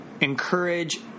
encourage